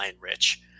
Rich